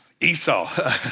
Esau